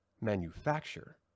manufacture